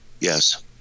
yes